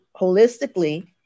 holistically